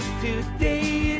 Today